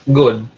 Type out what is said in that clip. good